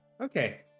okay